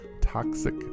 toxic